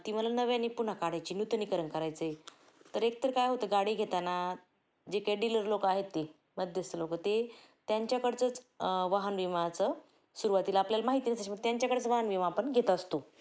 ती मला नव्याने पुन्हा काढायची नूतनीकरण करायचं आहे तर एक तर काय होतं गाडी घेताना जे काही डीलर लोक आहेत ते मध्यस्थ लोक ते त्यांच्याकडचंच वाहन विमाचं सुरुवातीला आपल्याला माहिती नसायची मग त्यांच्याकडेच वाहन विमा आपण घेत असतो